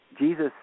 Jesus